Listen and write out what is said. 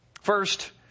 First